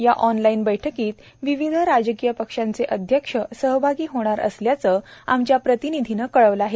या ऑनलाईन बैठकीत विविध राजकीय पक्षांचे अध्यक्ष या बैठकीत सहभागी होणार असल्याचं आमच्या प्रतिनिधीनं कळवलं आहे